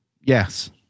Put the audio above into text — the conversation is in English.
Yes